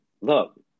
Look